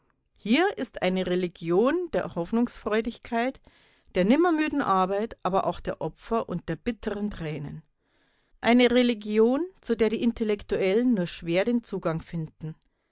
hier ist eine religion der hoffnungsfreudigkeit der nimmermüden arbeit aber auch der opfer und der bitteren tränen eine religion zu der die intellektuellen nur schwer den zugang finden